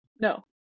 No